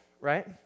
right